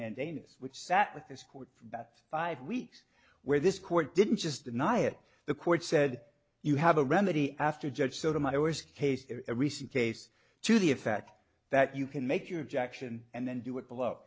mandamus which sat with this court about five weeks where this court didn't just deny it the court said you have a remedy after judge sort of my worst case a recent case to the effect that you can make your objection and then do it below